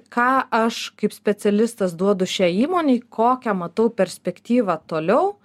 ką aš kaip specialistas duodu šiai įmonei kokią matau perspektyvą toliau